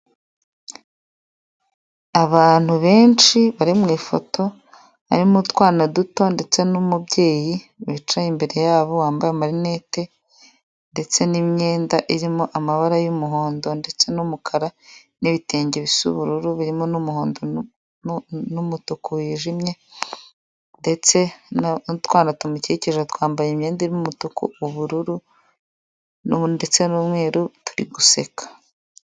Abantu benshi bari mu ifoto, harimo utwana duto, ndetse n'umubyeyi, wicaye imbere yabo wambaye amarinete, ndetse n'imyenda irimo amabara y'umuhondo, ndetse n'umukara, n'ibitenge bisa ubururu, birimo n'umuhondo, n'umutuku wijimye, ndetse n'utwana tumukikije, twambaye imyenda y'umutuku, ubururu, ndetse n'umweru turi guseka.